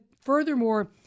furthermore